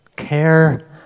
care